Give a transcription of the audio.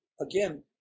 again